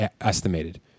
estimated